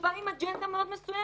שבא עם אג'נדה מאוד מסוימת.